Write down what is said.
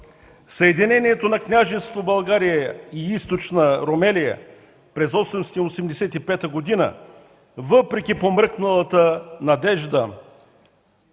Съединението на Княжество България и Източна Румелия през 1885 г., въпреки помръкналата надежда,